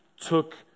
took